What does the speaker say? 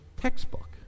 textbook